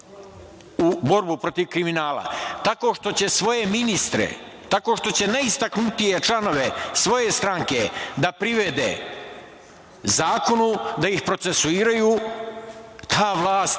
u borbu protiv kriminala tako što će svoje ministre, tako što će najistaknutije članove svoje stranke da privede zakonu, da ih procesuiraju, ta vlast